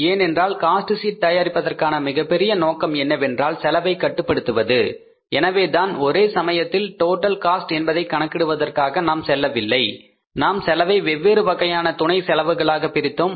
ஏனென்றால் cost sheet தயாரிப்பதற்கான மிகப்பெரிய நோக்கம் என்னவென்றால் செலவை கட்டுப்படுத்துவது எனவே தான் ஒரே சமயத்தில் டோட்டல் காஸ்ட் என்பதை கணக்கிடுவதற்காக நாம் செல்லவில்லை நாம் செலவை வெவ்வேறு வகையான துணை செலவுகளாக பிரித்தோம்